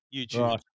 YouTube